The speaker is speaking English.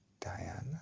Diana